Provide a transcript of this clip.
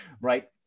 right